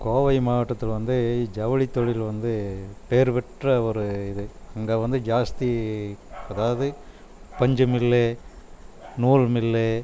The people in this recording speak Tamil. கோவை மாவட்டத்தில் வந்து ஜவுளி தொழில் வந்து பெயரு பெற்ற ஒரு இது அங்கே வந்து ஜாஸ்தி அதாவது பஞ்சமில்லை நூலுமில்லை